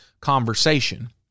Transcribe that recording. conversation